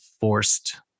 forced